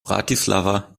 bratislava